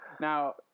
Now